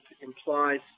implies